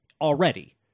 already